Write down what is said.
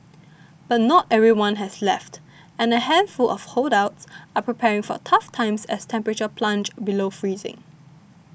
but not everyone has left and a handful of holdouts are preparing for tough times as temperatures plunge below freezing